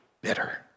bitter